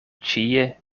ĉie